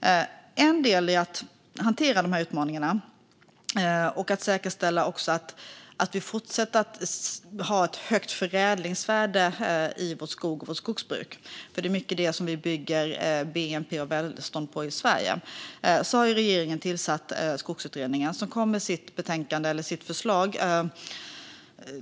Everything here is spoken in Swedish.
Som en del i att hantera dessa utmaningar och säkerställa att vi fortsätter ha ett högt förädlingsvärde i vår skog och vårt skogsbruk, som är det vi bygger mycket av vår bnp och vårt välstånd på i Sverige, har regeringen tillsatt Skogsutredningen. Den kom med sitt betänkande eller förslag den